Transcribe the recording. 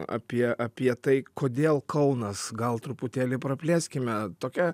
apie apie tai kodėl kaunas gal truputėlį praplėskime tokia